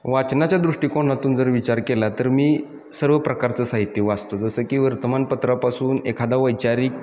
वाचनाच्या दृष्टिकोनातून जर विचार केला तर मी सर्व प्रकारचं साहित्य वाचतो जसं की वर्तमानपत्रापासून एखादा वैचारिक